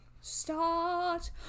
Start